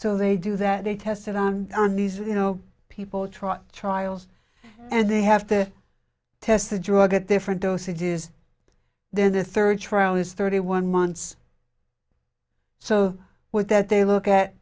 so they do that they tested on these with you know people trying trials and they have to test the drug at different dosages then the third trial is thirty one months so with that they look at